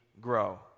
grow